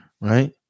right